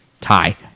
Tie